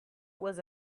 was